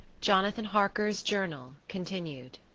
jonathan harker's journal continued